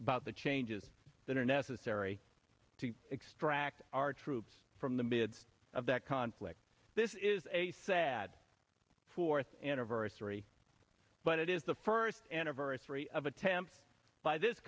about the changes that are necessary to extract our troops from the midst of that conflict this is a sad fourth anniversary but it is the first anniversary of attempts by this